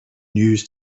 news